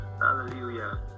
Hallelujah